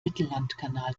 mittellandkanal